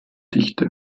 dichte